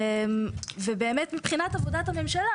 ובאמת מבחינת עבודת הממשלה,